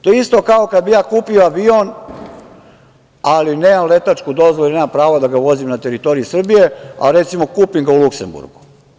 To je isto, kao kada bih ja kupio avion, ali nemam letačku dozvolu i nemam pravo da ga vozim na teritoriji Srbije, a recimo, kupim ga u Luksemburgu.